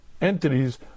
entities